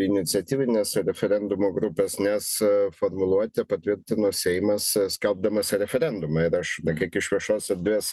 iniciatyvinės referendumo grupės nes formuluotę patvirtino seimas skelbdamas referendumą ir aš na kiek iš viešos erdvės